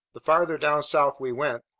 the farther down south we went,